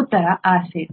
ಉತ್ತರವು ಆಸಿಡ್